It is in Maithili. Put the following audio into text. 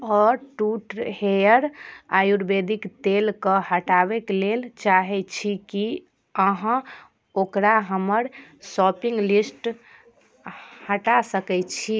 आओर ट्रू हेयर आयुर्वेदिक तेल कऽ हटाबैक लेल चाहैत छी की अहाँ ओकरा हमर शॉपिंग लिस्ट हटा सकैत छी